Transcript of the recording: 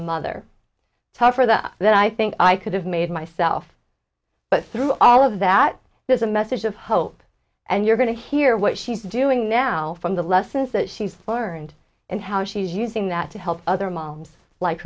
mother tougher than that i think i could have made myself but through all of that there's a message of hope and you're going to hear what she's doing now from the lessons that she's learned and how she's using that to help other moms like